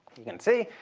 you can see,